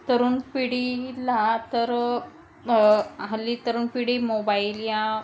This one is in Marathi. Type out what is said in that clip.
तरुण पिढी ला तर हल्ली तरुण पिढी मोबाईल या